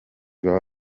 baba